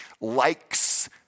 Likes